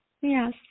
Yes